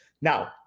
Now